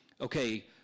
okay